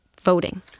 voting